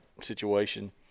situation